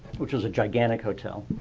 which was a gigantic hotel.